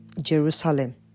Jerusalem